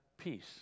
peace